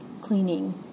cleaning